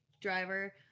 driver